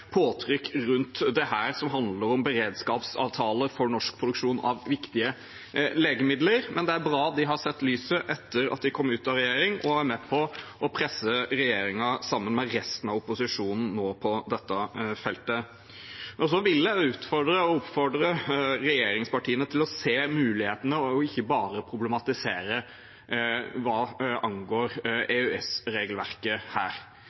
påtrykk rundt dette som handler om beredskapsavtale for norsk produksjon av viktige legemidler. Men det er bra at de har sett lyset etter at de kom ut av regjering, og nå er med på å presse regjeringen, sammen med resten av opposisjonen, på dette feltet. Så vil jeg utfordre og oppfordre regjeringspartiene til å se mulighetene og ikke bare problematisere hva angår EØS-regelverket her.